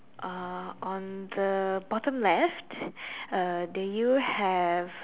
uh on the bottom left uh do you have